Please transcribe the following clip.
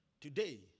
Today